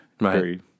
Right